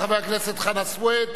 חבר הכנסת חנא סוייד,